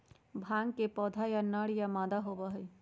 भांग के पौधा या नर या मादा होबा हई